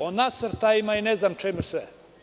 o nasrtajima i ne znam čemu sve.